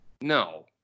No